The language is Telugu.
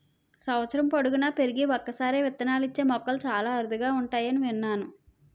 సంవత్సరం పొడువునా పెరిగి ఒక్కసారే విత్తనాలిచ్చే మొక్కలు చాలా అరుదుగా ఉంటాయని విన్నాను